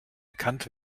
erkannt